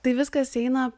tai viskas eina